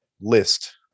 list